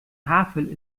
havel